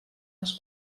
les